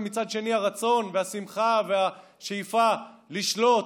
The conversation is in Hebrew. ומצד שני הרצון והשמחה והשאיפה לשלוט,